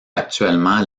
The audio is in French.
actuellement